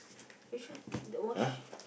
which one the wash